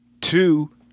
Two